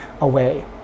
away